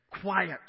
Quiet